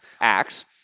acts